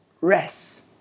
Rest